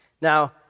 Now